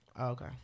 Okay